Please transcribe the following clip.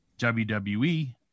WWE